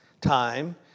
time